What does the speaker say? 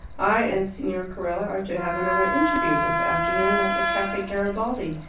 i and signor carella are to have another interview this afternoon, at the caffe garibaldi.